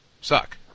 suck